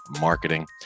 Marketing